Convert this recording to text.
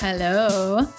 Hello